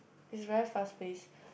is very fast pace